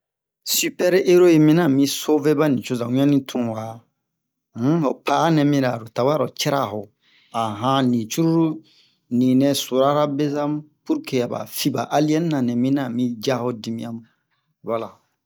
Super hero yi minian ami sove ba nicoja wian ni tunwa um ho pa'a nɛ mira lo tawɛ aro ca'ara ho a han ni curulu ninɛ surara beza mu purke a ba fi ba Aliens na nɛ minian ami ja ho dimian mu wala